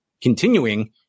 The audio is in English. continuing